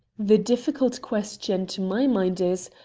the difficult question to my mind is,